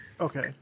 Okay